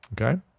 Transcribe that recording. Okay